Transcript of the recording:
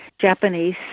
Japanese